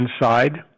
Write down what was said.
inside